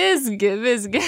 visgi visgi